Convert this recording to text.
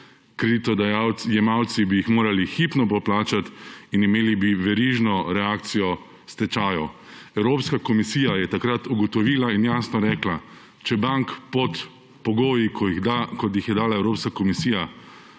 kreditojemalci bi jih morali hipno poplačati in imeli bi verižno reakcijo stečajev. Evropska komisija je takrat ugotovila in jasno rekla, če bank pod pogoji, kot jih je dala Evropska komisija,